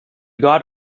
got